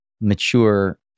mature